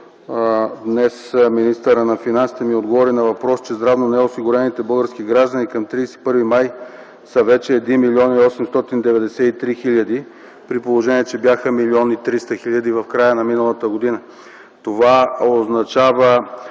днес министърът на финансите ни отговори на въпрос, че здравно неосигурените български граждани към 31 май са вече 1 млн. 893 хил., при положение че бяха 1 млн. и 300 хил. в края на миналата година. Това означава